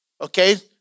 okay